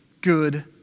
good